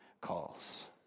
calls